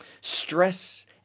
stress